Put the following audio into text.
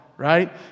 right